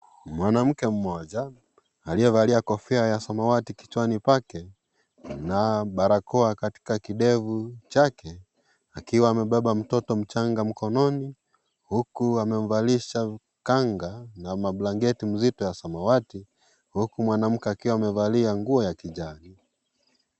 Mwanamke mmoja, aliyevalia kofia ya samawati kichwani pake na barakoa katika kindevu chake akiwa amebeba mtoto mchanga mkononi, huku amemvalisha kanga na mablanketi mzito ya samawati huku mwanamke akiwa amevalia nguo ya kijani.